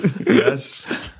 Yes